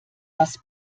das